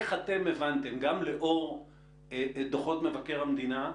גם לאור דוחות מבקר המדינה,